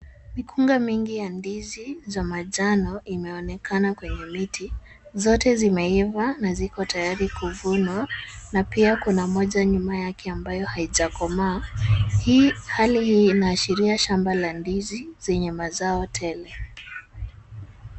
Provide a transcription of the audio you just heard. Mikunga mingi ya ndizi za manjano imeonekana kwenye miti zote zimeiva na ziko tayari kuvunwa ,na pia kuna moja nyingine nyuma yake ambayo haijakomaa, hali hii inaashiria shamba la ndizi zenye mazao tele .